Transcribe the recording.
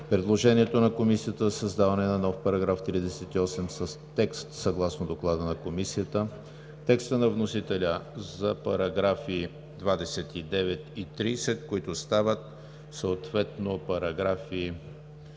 предложението на Комисията за създаване на нов § 38 с текст съгласно Доклада на Комисията; текста на вносителя за параграфи 29 и 30, които стават съответно параграфи